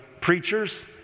preachers